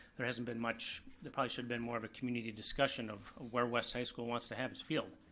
there hasn't been much, there probably should've been more of a community discussion of where west high school wants to have its field.